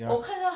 ya